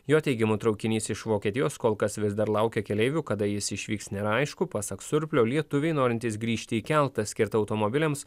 jo teigimu traukinys iš vokietijos kol kas vis dar laukia keleivių kada jis išvyks neaišku pasak surplio lietuviai norintys grįžti į keltą skirtą automobiliams